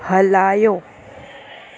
हलायो